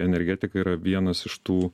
energetika yra vienas iš tų